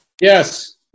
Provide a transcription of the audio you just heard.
Yes